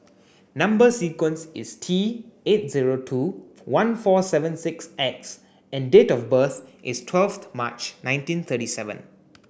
number sequence is T eight zero two one four seven six X and date of birth is twelfth March nineteen thirty seven